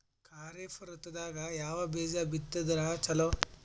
ಖರೀಫ್ ಋತದಾಗ ಯಾವ ಬೀಜ ಬಿತ್ತದರ ಚಲೋ?